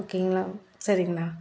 ஓகேங்களா சேரிங்கண்ணா